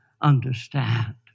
understand